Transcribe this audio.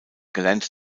gelernte